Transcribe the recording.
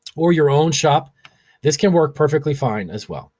or your own shop this can work perfectly fine as well,